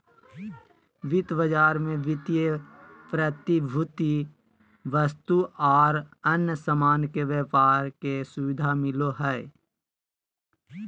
वित्त बाजार मे वित्तीय प्रतिभूति, वस्तु आर अन्य सामान के व्यापार के सुविधा मिलो हय